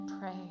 pray